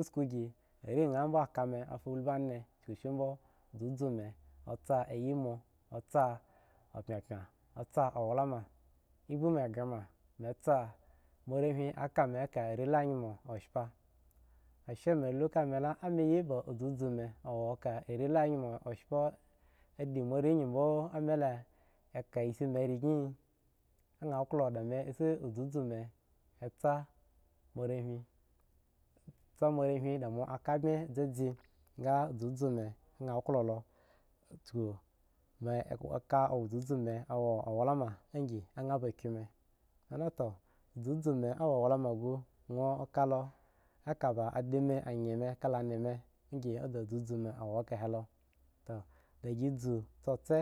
Esku gi a ka ma a fou lub ne kuk shi bmo zazu mu asa a pye as awla ma ebu mi gre ma morehuni ka mi a ka are la yoshipa akye mi mi ya aka zuzu mi awo dodon a ka are la yushapa hur mo ri a gi bmo ami ka shi an mi anyan klo zuzu mi sa morehumi da mo ka pye zezen ga zuzu mi a klo kuku zuzu awo bulama mi angykyu mi mi to zuzu mi a wo wdamo nwo ka la aka ada mu la ananmi a sa mi a da zuzu mu wo a ka he lo gda gi zuoso